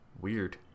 weird